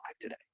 today